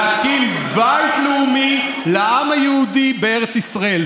להקים בית לאומי לעם היהודי בארץ ישראל.